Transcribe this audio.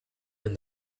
and